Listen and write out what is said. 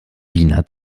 wiener